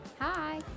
Hi